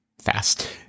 fast